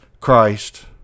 Christ